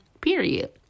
period